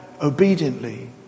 obediently